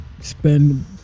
spend